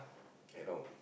around